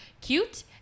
cute